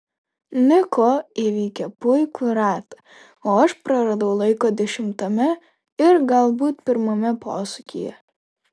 niko įveikė puikų ratą o aš praradau laiko dešimtame ir galbūt pirmame posūkyje